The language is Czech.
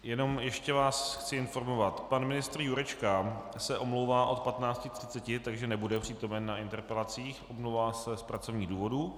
Jenom ještě vás chci informovat pan ministr Jurečka se omlouvá od 15.30, takže nebude přítomen na interpelacích, omlouvá se z pracovních důvodů.